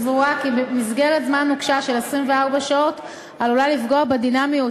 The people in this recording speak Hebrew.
הממשלה סבורה כי מסגרת זמן נוקשה של 24 שעות עלולה לפגוע בדינמיות